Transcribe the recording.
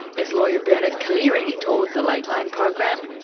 as lawyer bernard collaery told the lateline program,